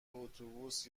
اتوبوس